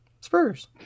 Spurs